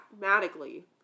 mathematically